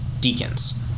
deacons